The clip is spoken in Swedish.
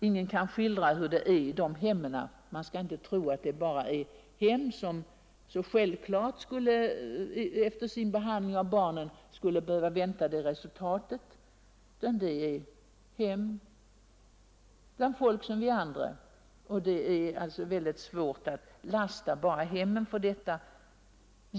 Ingen kan skildra förhållandena i de hemmen; man skall inte tro att detta öde drabbar bara sådana hem där föräldrarna efter sin behandling av barnen självklart skulle kunna vänta sig att resultatet blir detta, utan detsamma kan inträffa även bland vanligt folk som är som vi andra. Det är alltså fel att lasta enbart hemmen för detta.